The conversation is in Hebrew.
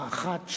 האחת,